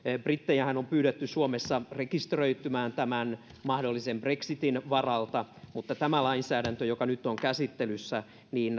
brittejähän on pyydetty suomessa rekisteröitymään mahdollisen brexitin varalta mutta tämä lainsäädäntö joka nyt on käsittelyssä